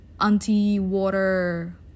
anti-water